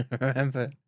remember